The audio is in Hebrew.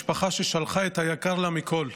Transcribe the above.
משפחה ששלחה את היקר לה מכול,